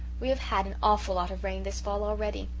we have had an awful lot of rain this fall already.